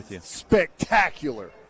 spectacular